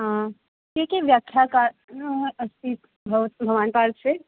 के के व्याख्याकारः अस्ति भवतु भवान् पार्श्वे